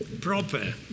proper